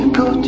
go